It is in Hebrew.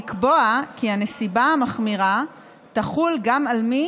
לקבוע כי הנסיבה המחמירה תחול גם על מי